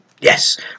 Yes